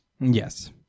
Yes